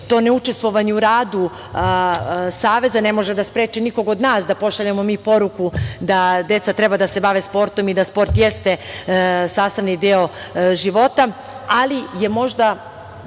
to ne učestvovanje u radu saveza nikog od nas da pošaljemo mi poruku da deca treba da se bave sportom i da sport jeste sastavni deo života, ali možda,